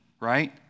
right